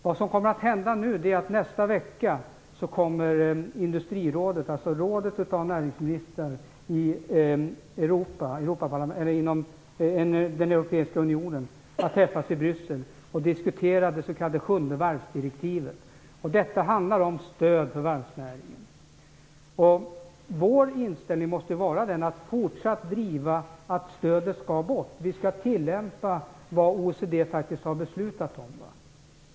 Det som kommer att hända är att industrirådet, alltså rådet av näringsministrar inom den europeiska unionen, nästa vecka kommer att träffas i Bryssel och diskutera det s.k. sjunde varvsdirektivet. Detta handlar om stöd för varvsnäringen. Vår inställning måste vara att fortsatt driva att stödet skall bort. Vi skall tillämpa vad OECD faktiskt har beslutat om.